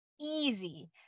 easy